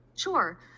Sure